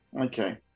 Okay